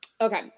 Okay